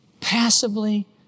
passively